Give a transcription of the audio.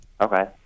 Okay